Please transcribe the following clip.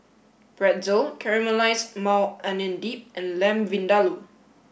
Pretzel Caramelized Maui Onion Dip and Lamb Vindaloo